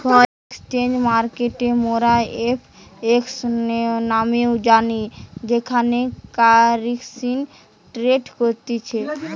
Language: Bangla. ফরেন এক্সচেঞ্জ মার্কেটকে মোরা এফ.এক্স নামেও জানি যেখানে কারেন্সি ট্রেড করতিছে